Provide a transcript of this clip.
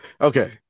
Okay